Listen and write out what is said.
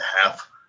half